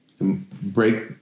break